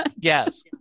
Yes